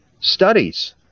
studies